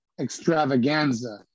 extravaganza